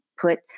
put